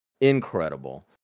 incredible